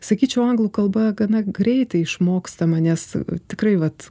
sakyčiau anglų kalba gana greitai išmokstama nes tikrai vat